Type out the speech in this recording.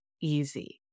easy